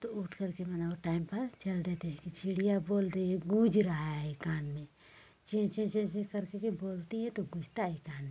तो उठकर के माने वो टाइम पर चल देते हैं कि चिड़िया बोल रही है गूँज रहा है कान में चें चें चें चें करके के बोलती है तो गूँजता है कान में